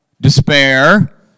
despair